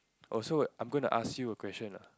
oh so I'm going to ask you a question ah